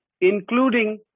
including